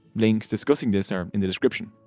links discussing this are in the description.